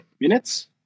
minutes